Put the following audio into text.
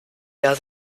der